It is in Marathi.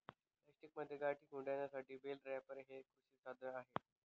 प्लास्टिकमध्ये गाठी गुंडाळण्यासाठी बेल रॅपर हे एक कृषी साधन आहे